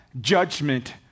judgment